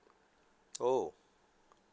oh